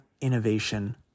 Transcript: innovation